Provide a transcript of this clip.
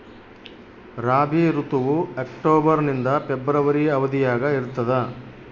ರಾಬಿ ಋತುವು ಅಕ್ಟೋಬರ್ ನಿಂದ ಫೆಬ್ರವರಿ ಅವಧಿಯಾಗ ಇರ್ತದ